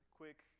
quick